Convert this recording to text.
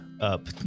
up